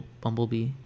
bumblebee